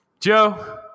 Joe